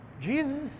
Jesus